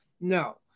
no